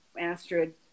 Astrid